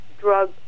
drug